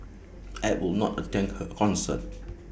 I would not attend her concert